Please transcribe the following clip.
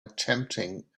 attempting